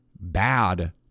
bad